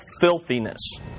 filthiness